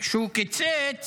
שהוא קיצץ